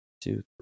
Two